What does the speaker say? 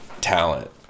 talent